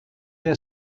der